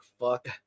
fuck